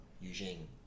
Eugene